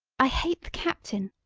i hate the captain!